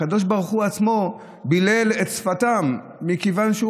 הקדוש ברוך הוא בעצמו בלל את שפתם כיוון שהוא